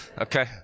Okay